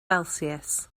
celsius